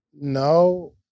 No